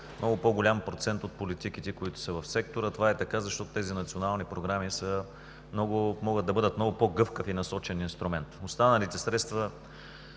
много по-голям процент от политиките, които са в сектора. Това е така, защото тези национални програми могат да бъдат много по-гъвкав и насочен инструмент. Останалите средства